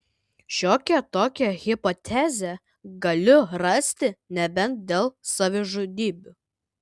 šiokią tokią hipotezę galiu rasti nebent dėl savižudybių